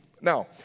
Now